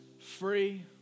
Free